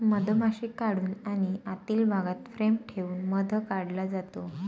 मधमाशी काढून आणि आतील भागात फ्रेम ठेवून मध काढला जातो